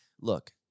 look